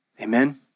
Amen